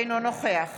אינו נוכח